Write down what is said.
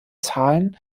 zahlen